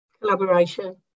collaboration